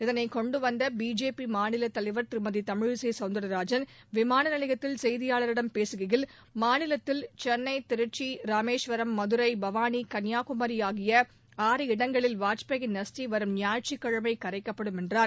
இதனை கொண்டு வந்த பிஜேபி மாநில தலைவர் திருமதி தமிழிசை சவுந்தரராஜன் விமான நிலையத்தில் செய்தியாளர்களிடம் பேசுகையில் மாநிலத்தில் சென்னை திருச்சி ராமேஸ்வரம் மதுரை பவாளி கன்னியாகுமரி ஆகிய ஆறு இடங்களில் வாஜ்பேயியின் அஸ்தி வரும் குாயிற்றுக்கிழமை கரைக்கப்படும் என்றார்